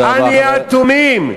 אל נהיה אטומים.